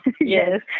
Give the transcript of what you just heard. yes